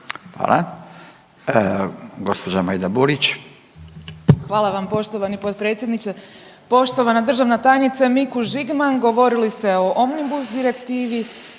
Burić. **Burić, Majda (HDZ)** Hvala vam poštovani potpredsjedniče. Poštovana državna tajnice Mikuš Žigman. Govorili ste o Omnibus direktivi